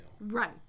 Right